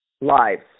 lives